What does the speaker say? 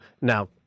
Now